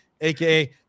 aka